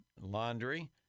laundry